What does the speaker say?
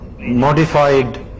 modified